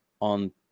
on